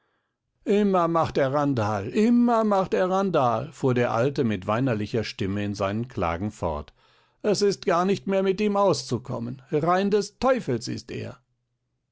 immer macht er randal immer macht er randal fuhr der alte mit weinerlicher stimme in seinen klagen fort es ist gar nicht mehr mit ihm auszukommen rein des teufels ist er